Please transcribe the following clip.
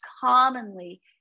commonly